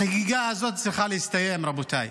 החגיגה הזאת צריכה להסתיים, רבותיי.